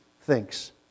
thinks